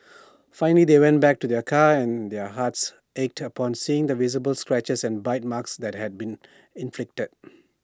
finally they went back to their car and their hearts ached upon seeing the visible scratches and bite marks that had been inflicted